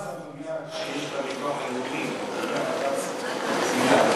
יש 14 מיליארד בביטוח הלאומי.